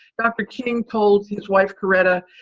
dr. king told his wife coretta,